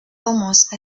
almost